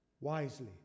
wisely